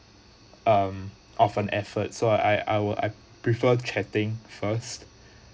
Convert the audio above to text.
um of an effort so I I would I prefer chatting first